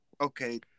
Okay